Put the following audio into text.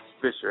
Fisher